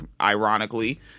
ironically